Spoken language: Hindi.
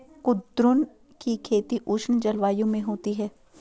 कुद्रुन की खेती उष्ण जलवायु में होती है